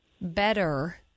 better